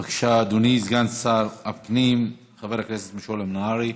בבקשה, אדוני סגן שר הפנים חבר הכנסת משולם נהרי.